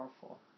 powerful